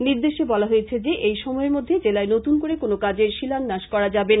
নির্দেশে বলা হয়েছে যে এই সময়কালের মধ্যে জেলায় নতুন করে কোন কাজের শিলান্যাস করা যাবে না